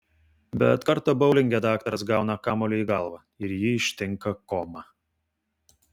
bet kartą boulinge daktaras gauna kamuoliu į galvą ir jį ištinka koma